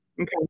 Okay